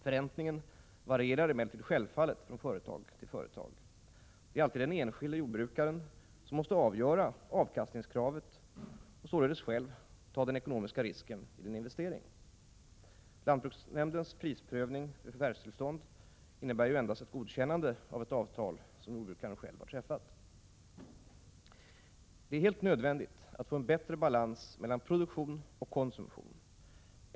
Förräntningen varierar emellertid självfallet från företag till företag. Det är alltid den enskilde jordbrukaren som måste avgöra avkastningskravet och således själv ta den ekonomiska risken vid en investering. Lantbruksnämndens prisprövning vid förvärvstillstånd innebär endast ett godkännande av ett avtal som jordbrukaren själv har träffat. Det är helt nödvändigt att få en bättre balans mellan produktion och konsumtion.